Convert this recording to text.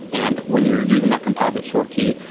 and when you're using that composite sort key,